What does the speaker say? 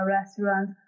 restaurant